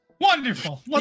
Wonderful